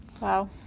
Wow